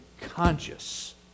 conscious